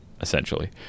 essentially